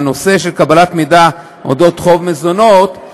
בנושא של קבלת מידע על אודות חוב מזונות,